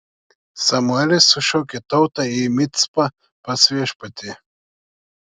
samuelis sušaukė tautą į micpą pas viešpatį